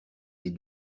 les